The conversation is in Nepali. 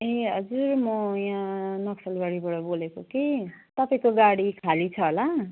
ए हजुर म यहाँ नक्सलबारीबाट बोलेको कि तपाईँको गाडी खाली छ होला